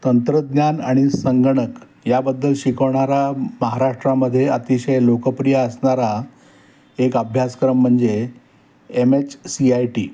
तंत्रज्ञान आणि संगणक याबद्दल शिकवणारा महाराष्ट्रामध्ये अतिशय लोकप्रिय असणारा एक अभ्यासक्रम म्हणजे M H C I T